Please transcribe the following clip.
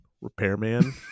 repairman